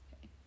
Okay